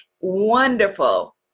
wonderful